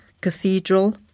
Cathedral